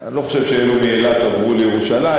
אני לא חושב שאלו מאילת עברו לירושלים.